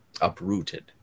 uprooted